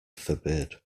forbid